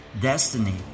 Destiny